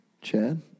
Chad